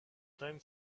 time